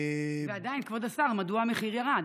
ועדיין, כבוד השר, מדוע המחיר ירד?